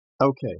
Okay